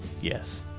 Yes